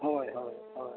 ᱦᱳᱭ ᱦᱳᱭ ᱦᱳᱭ